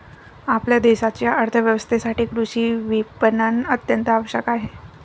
आपल्या देशाच्या अर्थ व्यवस्थेसाठी कृषी विपणन अत्यंत आवश्यक आहे